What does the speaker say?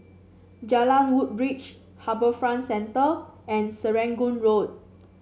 Jalan Woodbridge HarbourFront Center and Serangoon Road